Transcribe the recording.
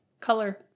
color